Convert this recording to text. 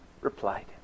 replied